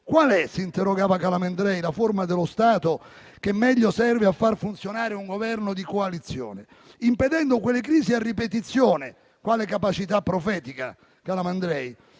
«Qual è», si interrogava Calamandrei, «la forma dello Stato che meglio serve a far funzionare un Governo di coalizione, impedendo quelle crisi a ripetizione» - quale capacità profetica, Calamandrei!